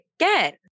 again